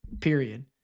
Period